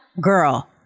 Girl